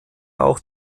auch